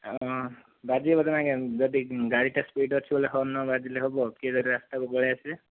ଆଉ ବାଜିବା କଥା ନା ଆଜ୍ଞା ଯଦି ଗାଡ଼ିଟା ସ୍ପୀଡ଼ ଅଛି ବୋଇଲେ ହର୍ନ ନ ବାଜିଲେ ହେବ କିଏ ଯଦି ରାସ୍ତାକୁ ପଳାଇ ଆସିବେ